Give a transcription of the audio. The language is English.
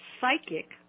psychic